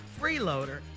freeloader